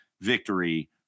victory